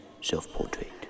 self-portrait